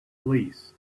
least